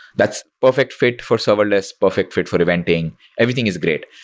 that's perfect fit for serverless, perfect fit for eventing. everything is great.